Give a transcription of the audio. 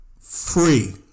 free